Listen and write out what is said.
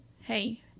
Hey